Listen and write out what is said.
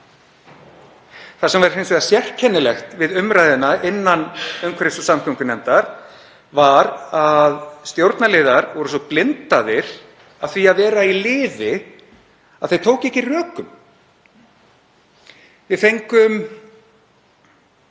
Það sem er hins vegar sérkennilegt við umræðuna innan umhverfis- og samgöngunefndar var að stjórnarliðar voru svo blindaðir af því að vera í liði að þeir tóku ekki rökum. Við fengum